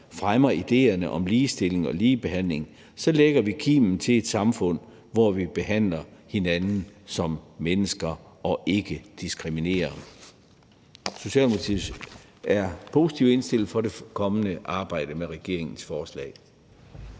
fremmer idéerne om ligestilling og ligebehandling, lægger vi kimen til et samfund, hvor vi behandler hinanden som mennesker og ikke diskriminerer. Socialdemokratiet går positivt ind i det kommende arbejde med regeringens forslag.